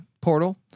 Portal